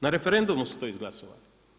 Na referendumu su to izglasovali.